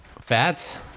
fats